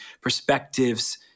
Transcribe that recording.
perspectives